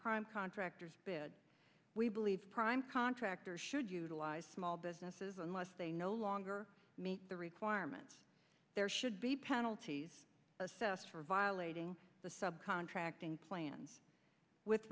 prime contractors we believe prime contractor should utilize small business unless they no longer meet the requirements there should be penalties assessed for violating the sub contracting plans with